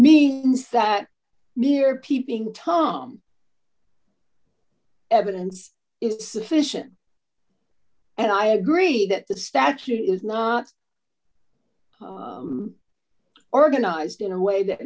means that mere peeping tom evidence it's sufficient and i agree that the statute is not organized in a way that